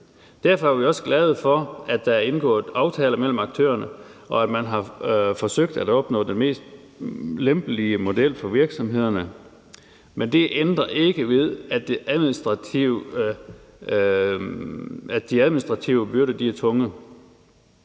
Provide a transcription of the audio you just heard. derfor er vi også glade for, at der er indgået aftale mellem aktørerne, og at man har forsøgt at opnå den mest lempelige model for virksomhederne. Men det ændrer ikke ved, at de administrative byrder er tunge.